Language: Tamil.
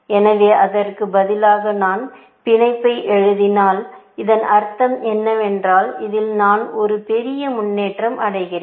எனவே அதற்கு பதிலாக நான் பிணைப்பை எழுதினால் இதன் அர்த்தம் என்னவென்றால் இதில் நான் ஒரு பெரிய முன்னேற்றம் அடைகிறேன்